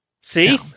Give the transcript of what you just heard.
See